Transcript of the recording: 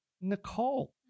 Nicole